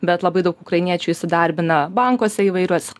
bet labai daug ukrainiečių įsidarbina bankuose įvairios